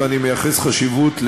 ואני מייחס חשיבות,